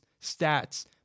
stats